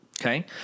Okay